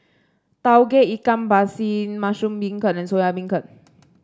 Tauge Ikan Masin Mushroom Beancurd and Soya Beancurd